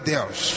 Deus